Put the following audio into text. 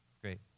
Great